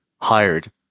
hired